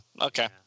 Okay